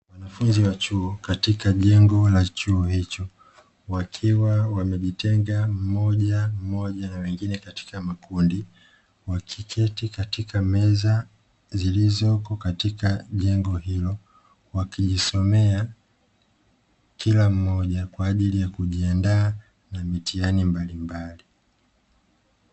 Wanafunzi wa chuo katika jengo la chuo hicho, wakiwa wamejitenga mmojammoja na wengine katika makundi, wakiketi katika meza zilizoko katika jengo hilo; wakijisomea kila mmoja kwa ajili ya kujiandaa na mitihani mbalimbali.